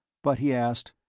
but he asked,